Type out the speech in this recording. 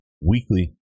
weekly